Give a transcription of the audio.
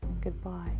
Goodbye